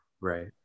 right